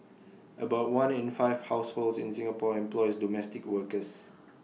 about one in five households in Singapore employs domestic workers